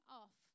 off